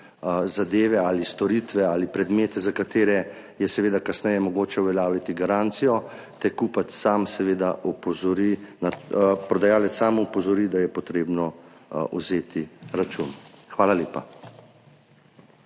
zadeve, storitve ali predmete, za katere je seveda kasneje mogoče uveljavljati garancijo, te prodajalec sam opozori, da je potrebno vzeti račun. Hvala lepa.